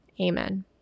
Amen